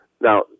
Now